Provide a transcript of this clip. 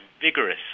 vigorous